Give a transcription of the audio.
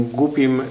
głupim